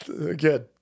again